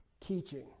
teaching